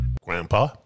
Grandpa